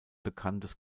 bekanntes